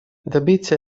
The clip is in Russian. добиться